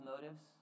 motives